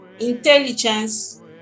intelligence